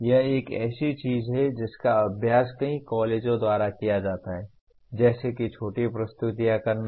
यह एक ऐसी चीज है जिसका अभ्यास कई कॉलेजों द्वारा किया जाता है जैसे कि छोटी प्रस्तुतियाँ करना